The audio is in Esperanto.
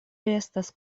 estas